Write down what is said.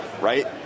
right